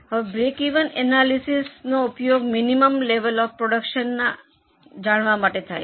હવે બ્રેકિવન એનાલિસિસનો ઉપયોગ મિનિમમ લેવલ ઑફ પ્રોડ્યૂકશનને જાણવા માટે થાય છે